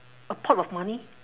a pot of money